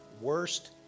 worst